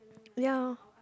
ya